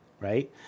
right